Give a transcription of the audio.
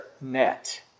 net